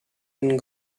einen